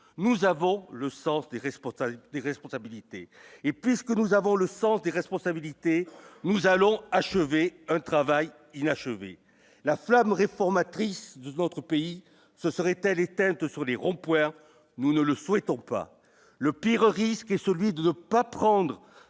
responsabilités, responsabilités et puisque nous avons le sens des responsabilités, nous allons achever un travail inachevé, la flamme réformatrice de notre pays, ce serait-elle éteinte sur les ronds-points, nous ne le souhaitons pas le pire risque : celui de ne pas prendre